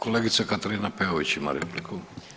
Kolegica Katarina Peović ima repliku.